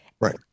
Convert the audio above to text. right